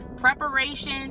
preparation